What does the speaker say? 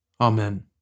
Amen